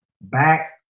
back